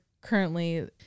currently